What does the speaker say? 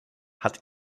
hat